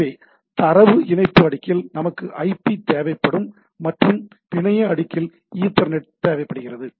எனவே தரவு இணைப்பு அடுக்கில் நமக்கு ஐபி தேவைப்படும் மற்றும் பிணைய அடுக்கில் ஈத்தர்நெட் தேவைப்படுகிறது